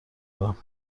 دارم